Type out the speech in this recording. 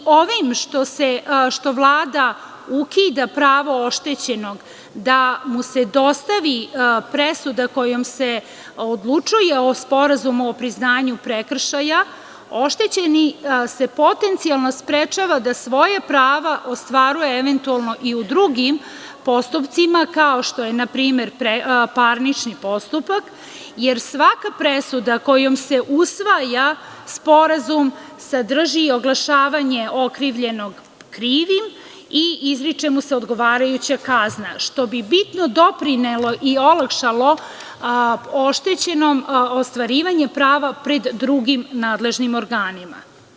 Ovim što Vlada ukida pravo oštećenog da mu se dostavi presuda kojom se odlučuje o sporazumu o priznanju prekršaja, oštećeni se potencijalno sprečava da svoja prava ostvaruje eventualno i u drugim postupcima, kao što je npr. parnični postupak, jer svaka presuda kojom se usvaja sporazum sadrži oglašavanje okrivljenog krivim i izriče mu se odgovarajuća kazna, što bi bitno doprinelo i olakšalo oštećenom ostvarivanje prava pred drugim nadležnim organima.